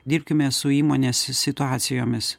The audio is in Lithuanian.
dirbkime su įmonės si situacijomis